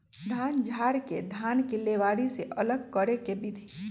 धान झाड़ के धान के लेबारी से अलग करे के विधि